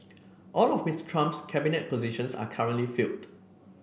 all of Mister Trump's cabinet positions are currently filled